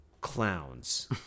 Clowns